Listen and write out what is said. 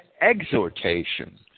exhortation